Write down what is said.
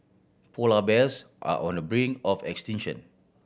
polar bears are on the brink of extinction